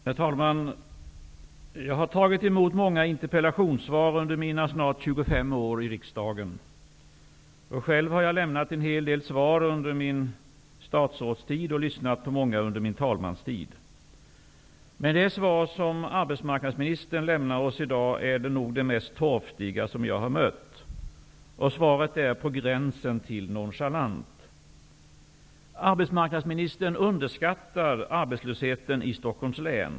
Herr talman! Jag har tagit emot många interpellationssvar under mina snart 25 år i riksdagen. Själv har jag lämnat en hel del svar under min statsrådstid, och jag har lyssnat på många under min talmanstid. Det svar som arbetsmarknadsministern lämnar i dag är nog det mest torftiga jag har sett. Svaret är på gränsen till nonchalant. Arbetsmarknadsministern underskattar arbetslösheten i Stockholms län.